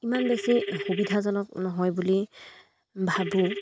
ইমান বেছি সুবিধাজনক নহয় বুলি ভাবোঁ